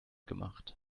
gemacht